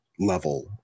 Level